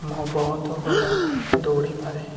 ମୁଁ ବହୁତ ଭଲ ଦୌଡ଼ିପାରେ